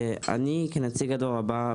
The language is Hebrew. כנציג הדור הבא,